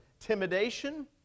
intimidation